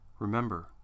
Remember